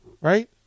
right